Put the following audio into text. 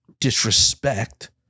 disrespect